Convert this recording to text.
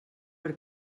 per